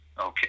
Okay